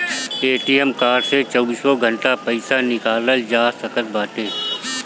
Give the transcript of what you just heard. ATM card से चौबीसों घंटा पईसा निकालल जा सकत बाटे